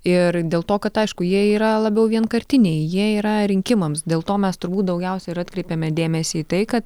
ir dėl to kad aišku jie yra labiau vienkartiniai jie yra rinkimams dėl to mes turbūt daugiausia ir atkreipiame dėmesį į tai kad